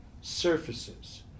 surfaces